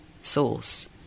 source